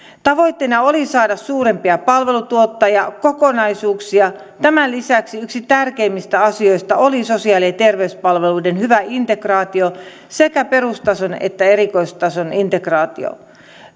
tavoitteena oli saada suurempia palveluntuottajia kokonaisuuksia tämän lisäksi yksi tärkeimmistä asioista oli sosiaali ja terveyspalveluiden hyvä integraatio sekä perustason että erikoistason integraatio